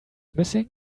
missing